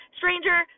stranger